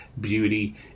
beauty